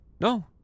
No